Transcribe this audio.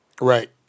Right